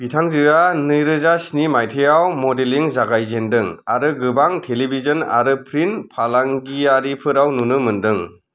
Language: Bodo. बिथांजोआ नै रोजा स्नि मायथाइयाव मडेलिं जागाय जेनदों आरो गोबां टेलीविजन आरो प्रिन्ट फालांगियारिफोराव नुनो मोनदों